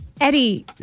Eddie